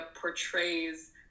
portrays